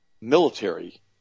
military